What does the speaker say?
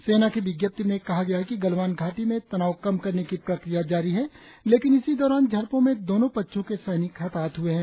सेना की विज्ञप्ति में कहा गया है कि गलवान घाटी में तनाव कम करने की प्रक्रिया जारी है लेकिन इसी दौरान झड़पों में दोनों पक्षों के सैनिक हताहत ह्ए हैं